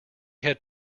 had